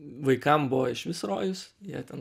vaikams buvo išvis rojus jie ten